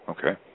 Okay